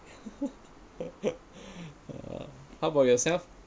how about yourself